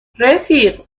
رفیق